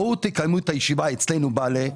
בואו תקיימו את הישיבה אצלנו בעל"ה,